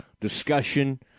discussion